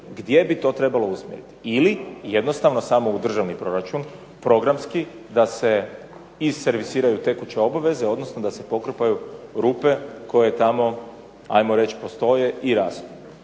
gdje bi to trebalo usmjeriti, ili jednostavno samo u državni proračun programski da se iservisiraju tekuće obveze odnosno da se pokrpaju rupe koje tamo jesu i rastu.